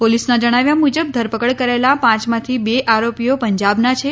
પોલીસના જણાવ્યા મુજબ ધરપકડ કરાયેલા પાંચમાંથી બે આરોપીઓ પંજાબના છે